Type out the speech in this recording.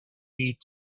need